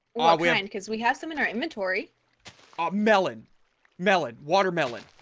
we're in because we have some in our inventory um melon melon watermelon,